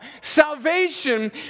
salvation